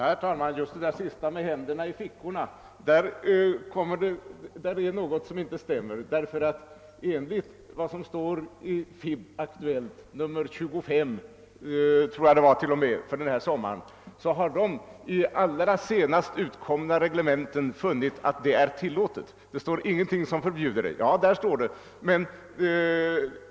Herr talman! På den här senaste punkten om händerna i fickorna är det någonting som inte stämmer. I FiB-Aktuellt nr 25 sägs det att det enligt allra senaste utkomna reglemente är tillåtet att ha händerna i fickorna, ty det står ingenting om att det skulle vara förbjudet.